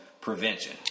prevention